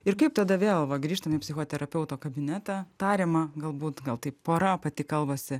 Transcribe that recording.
ir kaip tada vėl grįžtam į psichoterapeuto kabinetą tariamą galbūt gal tai pora pati kalbasi